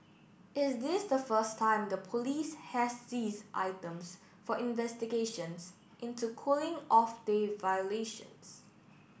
is this the first time the police has seize items for investigations into cooling off day violations